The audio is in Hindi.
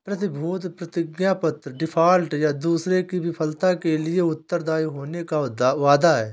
प्रतिभूति प्रतिज्ञापत्र डिफ़ॉल्ट, या दूसरे की विफलता के लिए उत्तरदायी होने का वादा है